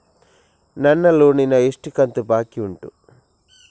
ನನ್ನ ಲೋನಿನ ಎಷ್ಟು ಕಂತು ಬಾಕಿ ಉಂಟು?